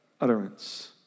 utterance